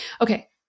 Okay